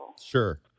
Sure